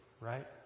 right